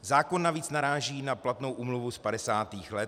Zákon navíc naráží na platnou úmluvu z padesátých let.